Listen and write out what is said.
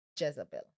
Jezebel